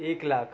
એક લાખ